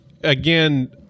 again